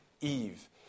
Eve